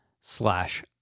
slash